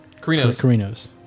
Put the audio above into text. Carinos